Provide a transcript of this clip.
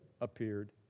appeared